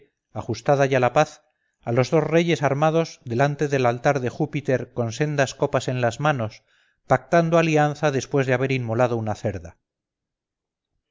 ajustada ya la paz a los dos reyes armados delante del altar de júpiter con sendas copas en las manos pactando alianza después de haber inmolado una cerda